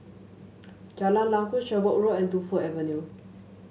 Jalan Lakum Sherwood Road and Tu Fu Avenue